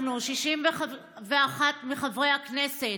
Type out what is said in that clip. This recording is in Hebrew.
אנחנו, 61 מחברי הכנסת.